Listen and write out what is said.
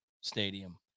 stadium